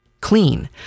clean